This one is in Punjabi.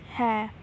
ਹੈ